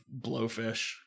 blowfish